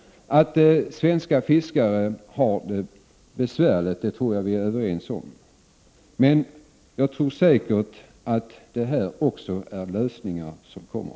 Att svenska fiskare har det besvärligt tror jag vi är överens om, men jag tror säkert också att det kommer lösningar framöver.